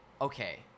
Okay